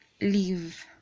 leave